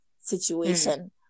situation